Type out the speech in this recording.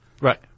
Right